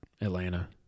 Atlanta